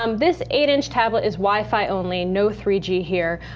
um this eight inch tablet is wi-fi only, no three g here,